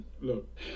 Look